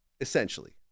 essentially